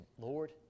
Lord